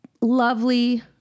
lovely